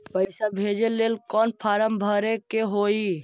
पैसा भेजे लेल कौन फार्म भरे के होई?